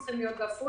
צריכים להיות בעפולה.